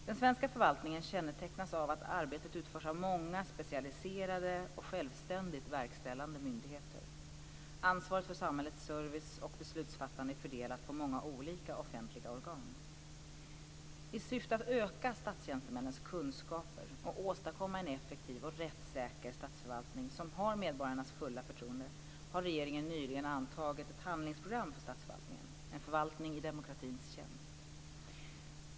Den svenska förvaltningen kännetecknas av att arbetet utförs av många specialiserade och självständigt verkställande myndigheter. Ansvaret för samhällets service och beslutsfattande är fördelat på många olika offentliga organ. I syfte att öka statstjänstemännens kunskaper och åstadkomma en effektiv och rättssäker statsförvaltning som har medborgarnas fulla förtroende har regeringen nyligen antagit ett handlingsprogram för statsförvaltningen "En förvaltning i demokratins tjänst".